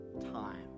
time